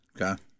Okay